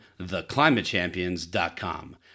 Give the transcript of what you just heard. theclimatechampions.com